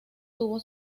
tuvo